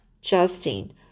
Justin